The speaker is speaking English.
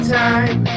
time